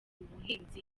ubuhinzi